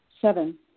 Seven